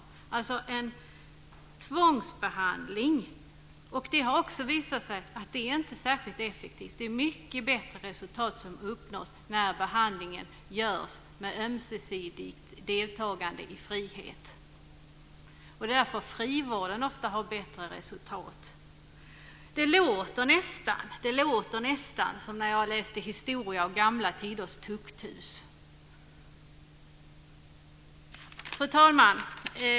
Det har visat sig att tvångsbehandling inte är särskilt effektivt. Man uppnår mycket bättre resultat när behandlingen görs med ömsesidigt deltagande i frihet. Därför har frivården ofta bättre resultat. Det låter nästan som när jag läste i historian om gamla tiders tukthus. Fru talman!